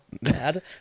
mad